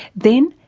then,